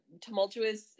tumultuous